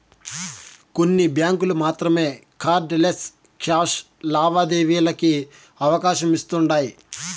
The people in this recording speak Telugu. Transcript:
కొన్ని బ్యాంకులు మాత్రమే కార్డ్ లెస్ క్యాష్ లావాదేవీలకి అవకాశమిస్తుండాయ్